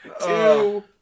Two